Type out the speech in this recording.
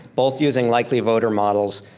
both using likely voter models,